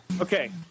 Okay